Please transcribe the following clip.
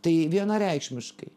tai vienareikšmiškai